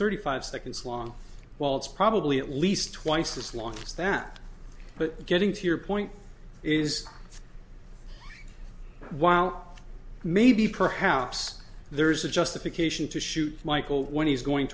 thirty five seconds long while it's probably at least twice as long as that but getting to your point is while maybe perhaps there is a justification to shoot michael when he's going